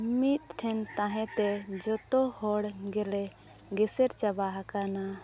ᱢᱤᱫᱴᱷᱮᱱ ᱛᱟᱦᱮᱸᱛᱮ ᱡᱚᱛᱚ ᱦᱚᱲ ᱜᱮᱞᱮ ᱜᱮᱥᱮᱨ ᱪᱟᱵᱟ ᱦᱟᱠᱟᱱᱟ